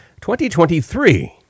2023